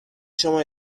شما